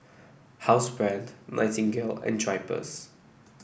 Housebrand Nightingale and Drypers